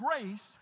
grace